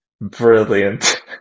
Brilliant